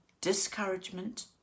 discouragement